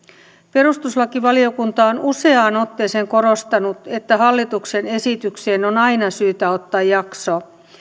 perustuslakivaliokunta on useaan otteeseen korostanut että hallituksen esitykseen on aina syytä ottaa jakso